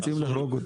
אבל,